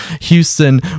houston